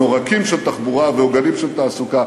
עורקים של תחבורה ועוגנים של תעסוקה.